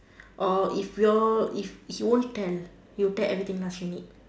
or if you all if if he won't tell he will tell everything last minute